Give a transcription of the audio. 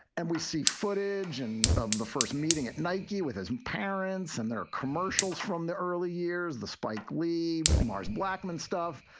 and we see footage and of the first meeting at nike with his parents. and there are commercials from the early years, the spike lee mars blackmon stuff.